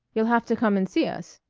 you'll have to come and see us.